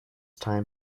time